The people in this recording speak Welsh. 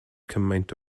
cymaint